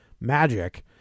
magic